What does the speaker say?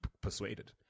persuaded